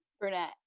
Brunette